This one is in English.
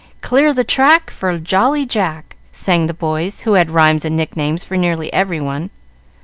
clear the track for jolly jack! sang the boys, who had rhymes and nicknames for nearly every one.